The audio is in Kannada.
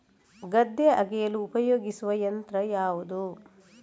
ಗದ್ದೆ ಅಗೆಯಲು ಉಪಯೋಗಿಸುವ ಯಂತ್ರ ಯಾವುದು?